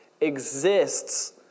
exists